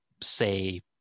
say